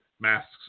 masks